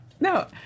No